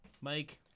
Mike